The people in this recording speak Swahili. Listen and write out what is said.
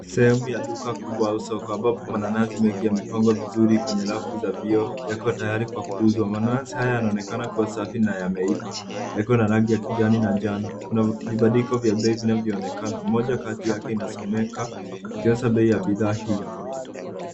Sehemu ya duka kubwa au soko ambapo mananasi mengi yamepangwa vizuri kwenye rafu za vioo yakiwa tayari kwa kuuzwa. Mananasi haya yanaonekana kuwa safi na yameiva yakiwa na rangi ya kijani na njano. Kuna vibandiko vya bei vinavyoonekana moja katika yake inasomeka ikionyesha bei ya bidhaa hiyo.